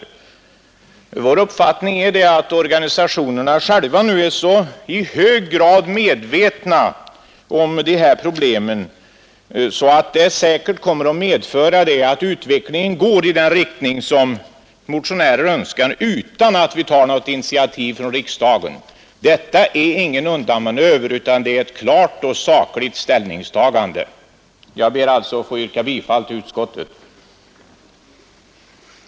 Vår mening är att organisationerna själva nu är i så hög grad medvetna om de här problemen att det säkert kommer att medföra att utvecklingen går i den riktning som motionärerna önskar utan att vi tar något initiativ från riksdagens sida. Detta är ingen undanmanöver, utan det är ett klart och sakligt ställningstagande. Jag ber att få yrka bifall till utskottets hemställan.